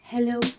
Hello